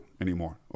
anymore